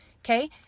okay